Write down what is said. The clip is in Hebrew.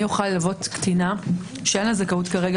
אני יכולה ללוות קטינה שין לה זכאות כרגע